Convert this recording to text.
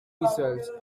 easels